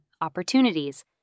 opportunities